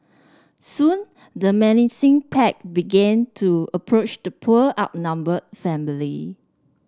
soon the menacing pack began to approach the poor outnumbered family